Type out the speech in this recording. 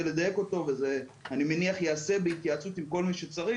לדייק אותו ואני מניח שזה ייעשה בהתייעצות עם כל מי שצריך.